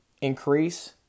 increase